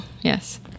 yes